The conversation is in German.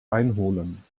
einholen